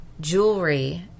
jewelry